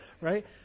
right